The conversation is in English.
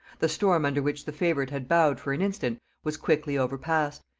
the storm under which the favorite had bowed for an instant was quickly overpast,